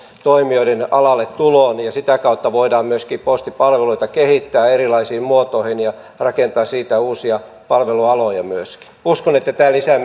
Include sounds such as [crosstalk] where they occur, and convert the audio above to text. toimijoiden alalle tulon ja sitä kautta voidaan myöskin postipalveluita kehittää erilaisiin muotoihin ja rakentaa siitä uusia palvelualoja uskon että tämä lisää [unintelligible]